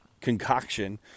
concoction